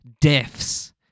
deaths